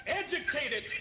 educated